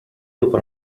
dopo